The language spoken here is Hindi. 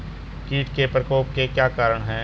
कीट के प्रकोप के क्या कारण हैं?